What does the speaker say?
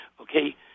okay